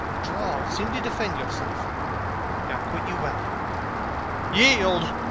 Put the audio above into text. draw seem to defend yourself now quit you well yield